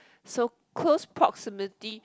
so close proximity